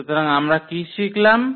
সুতরাং আমরা কি শিখলাম